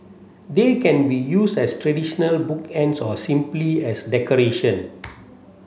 they can be used as traditional bookends or simply as decoration